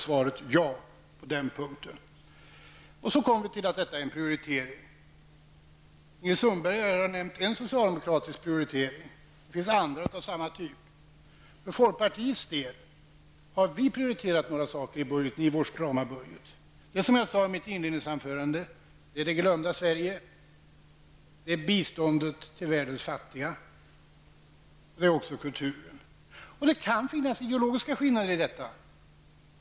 Svaret på den punkten blev alltså ja. Så kommer vi till detta med prioriteringar. Ingrid Sundberg nämnde en socialdemokratisk prioritering. Det finns andra av samma typ. För folkpartiets del har vi prioriterat några saker i vår strama budget. Det är, som jag sade i mitt inledningsanförande, det glömda Sverige, biståndet till världens fattiga och kulturen. Det kan finnas ideologiska skillnader i detta.